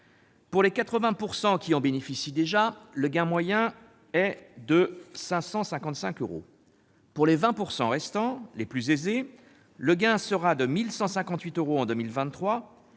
Pour les 80 % qui en bénéficient déjà, le gain moyen sera de 555 euros en 2020. Pour les 20 % restants, les plus aisés, le gain sera de 1 158 euros en 2023